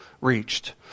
reached